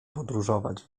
podróżować